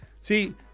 See